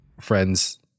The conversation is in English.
friends